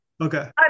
okay